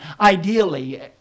ideally